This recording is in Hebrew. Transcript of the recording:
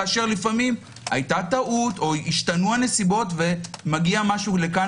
כאשר היתה טעות או השתנו הנסיבות ומגיע משהו לכאן